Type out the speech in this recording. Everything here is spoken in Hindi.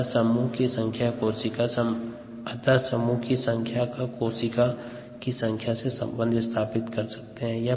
अतः समूह की संख्या का कोशिका की संख्या से संबंध स्थापित कर सकते हैं